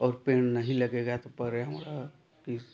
और पेड़ नहीं लगेगा तो पर्यावरण कि